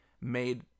made